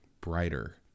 brighter